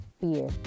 fear